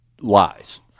lies